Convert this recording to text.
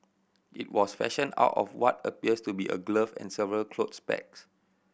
it was fashioned out of what appears to be a glove and several clothes pegs